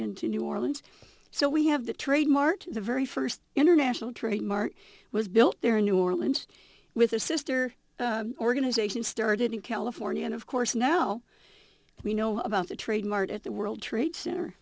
into new orleans so we have the trade mart the very first international trade mart was built there in new orleans with a sister organization started in california and of course now we know about the trade mart at the world trade center